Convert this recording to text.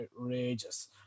outrageous